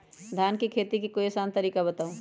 धान के खेती के कोई आसान तरिका बताउ?